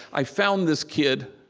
i found this kid